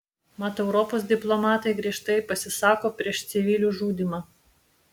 mat europos diplomatai griežtai pasisako prieš civilių žudymą